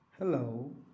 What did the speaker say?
Hello